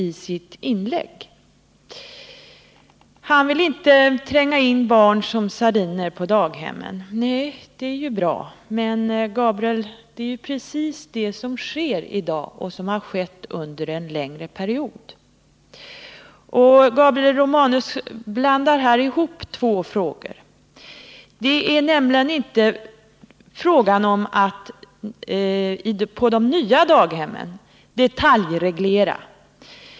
Han vill inte tränga in barnen som sardiner på daghemmen, och det är bra. Men, Gabriel Romanus, det är precis det som sker i dag och som har skett under en längre tid. Gabriel Romanus blandar här ihop två saker. Det är nämligen inte fråga om någon detaljreglering för de nya daghemmen.